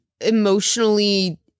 emotionally